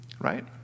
right